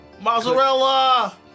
Mozzarella